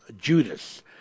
Judas